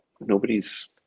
nobody's